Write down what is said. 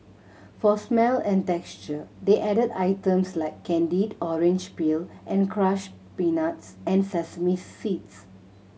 for smell and texture they added items like candied orange peel and crushed peanuts and sesame seeds